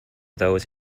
those